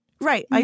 Right